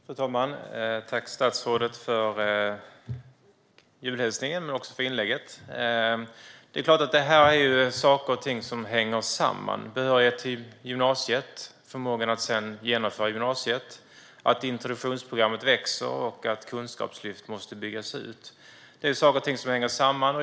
Fru talman! Tack, statsrådet, för julhälsningen och för inlägget! Detta är såklart saker och ting som hänger samman: behörighet till gymnasiet, förmågan att sedan genomföra gymnasiet, att introduktionsprogrammet växer och att kunskapslyft måste byggas ut. Allt detta hänger som sagt samman.